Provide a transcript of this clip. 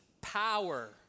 power